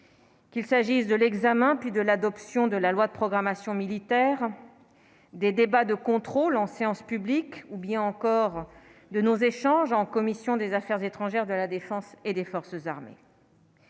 Qu'il s'agisse de l'examen plus de l'adoption de la loi de programmation militaire des débats de contrôle en séance publique, ou bien encore de nos échanges en commission des Affaires étrangères de la Défense et des forces armées.